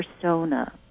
persona